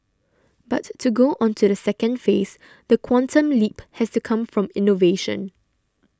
but to go on to the second phase the quantum leap has to come from innovation